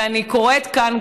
ואני קוראת כאן,